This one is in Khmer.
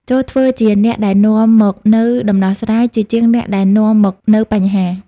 ចូរធ្វើជាអ្នកដែលនាំមកនូវដំណោះស្រាយ ជាជាងអ្នកដែលនាំមកនូវបញ្ហា។